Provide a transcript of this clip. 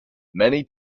many